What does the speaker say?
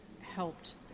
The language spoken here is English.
helped